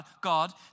God